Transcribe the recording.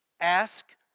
ask